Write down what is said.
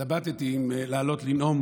התלבטתי אם לעלות לנאום.